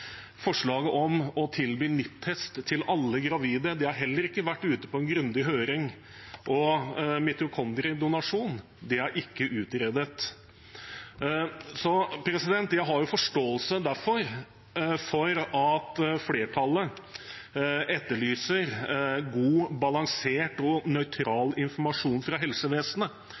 Forslaget om å tilby NIPT-test til alle gravide har heller ikke vært ute på en grundig høring, og mitokondriedonasjon er ikke utredet. Jeg har forståelse for at flertallet etterlyser god, balansert og nøytral informasjon fra helsevesenet